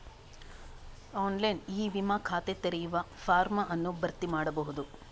online e ವಿಮಾ ಖಾತೆ ತೆರೆಯುವ ಫಾರ್ಮ್ ಅನ್ನು ಭರ್ತಿ ಮಾಡಬಹುದು